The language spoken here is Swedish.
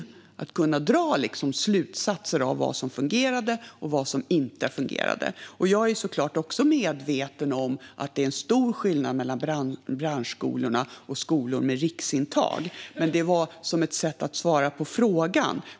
Man kan dra slutsatser av vad som fungerade och vad som inte fungerade. Jag är såklart också medveten om att det är en stor skillnad mellan branschskolor och skolor med riksintag, men det var ett sätt att svara på frågan.